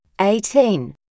eighteen